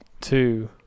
two